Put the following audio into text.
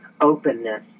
openness